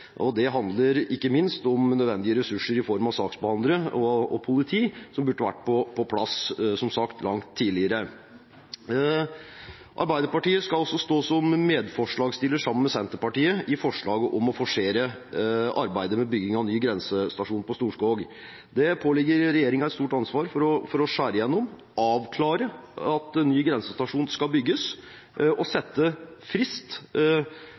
november. Det handler ikke minst om nødvendige ressurser i form av saksbehandlere og politi som burde vært på plass, som sagt, langt tidligere. Arbeiderpartiet skal også stå som medforslagsstiller sammen med Senterpartiet i forslaget om å forsere arbeidet med bygging av ny grensestasjon på Storskog. Det påligger regjeringen et stort ansvar for å skjære igjennom, avklare at ny grensestasjon skal bygges, sette frist